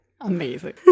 Amazing